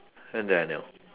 and daniel